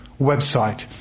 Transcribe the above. website